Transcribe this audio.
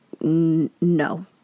No